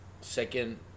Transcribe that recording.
second